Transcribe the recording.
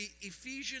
ephesian